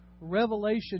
Revelation